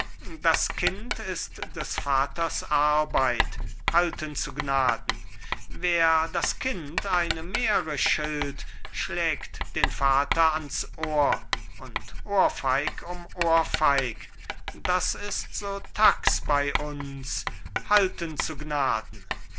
excellenz das kind ist des vaters arbeit halten zu gnaden wer das kind eine mähre schilt schlägt den vater ans ohr und ohrfeig um ohrfeig das ist so tax bei uns halten zu gnaden